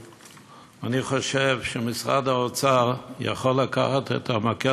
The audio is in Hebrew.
אני חושב שמשרד האוצר יכול לקחת את מקל